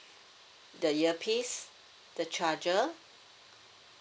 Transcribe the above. the earpiece the charger